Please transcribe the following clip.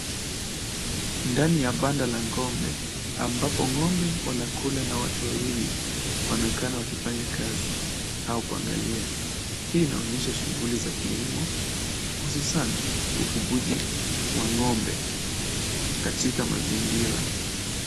Ndani ya banda la ng'ombe ambapo ng'ombe wanakula na watu wawili wanaonekana wakifanya kazi au kuangalia. Hii inaonyesha shughuli za kilimo hususan ufugaji wa ng'ombe katika mazingira.